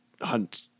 hunt—